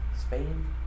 Spain